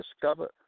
discovered